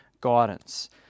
guidance